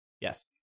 Yes